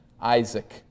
Isaac